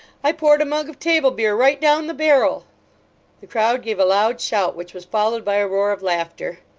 i poured a mug of table-beer right down the barrel the crowd gave a loud shout, which was followed by a roar of laughter.